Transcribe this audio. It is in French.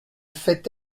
fait